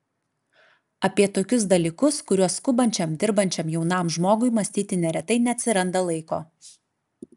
apie tokius dalykus kuriuos skubančiam dirbančiam jaunam žmogui mąstyti neretai neatsiranda laiko